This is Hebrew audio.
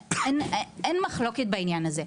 אין מחלוקת בעניין הזה.